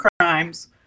crimes